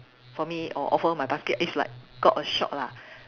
for me or for my basket it's like got a shock lah